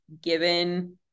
given